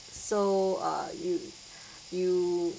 so uh you you